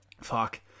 Fuck